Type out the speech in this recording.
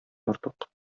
артык